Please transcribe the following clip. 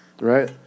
right